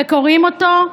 קוראים אותו,